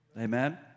Amen